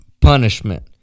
punishment